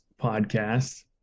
podcast